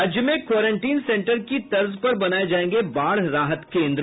राज्य में quarantine centre की तर्ज पर बनाये जायेंगे बाढ़ राहत केन्द्र